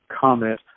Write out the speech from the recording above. comment